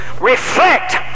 reflect